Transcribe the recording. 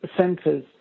centres